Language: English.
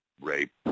rape